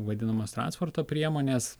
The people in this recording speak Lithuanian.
vadinamos transporto priemonės